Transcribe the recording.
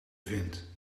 vindt